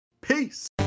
peace